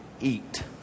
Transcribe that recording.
eat